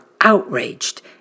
outraged